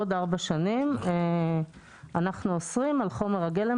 בעוד ארבע שנים אנחנו אוסרים על חומר הגלם